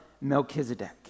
Melchizedek